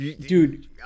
Dude